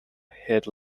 head